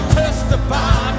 testify